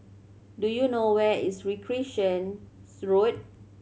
do you know where is Recreation Road